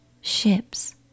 ships